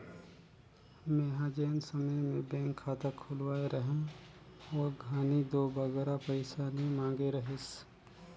मेंहा जेन समे में बेंक खाता खोलवाए रहें ओ घनी दो बगरा पइसा नी मांगे रहिस